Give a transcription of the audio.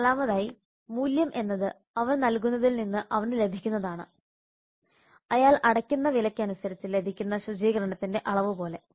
നാലാമതായി മൂല്യം എന്നത് അവൻ നൽകുന്നതിൽ നിന്ന് അവന് ലഭിക്കുന്നതാണ് അയാൾ അടയ്ക്കുന്ന വിലയ്ക്കനുസരിച്ച് ലഭിക്കുന്ന ശുചീകരണത്തിന്റെ അളവ് പോലെ